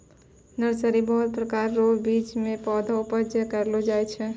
nursery बहुत प्रकार रो बीज से पौधा उपज करलो जाय छै